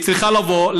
היא צריכה לבוא,